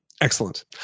Excellent